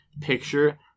picture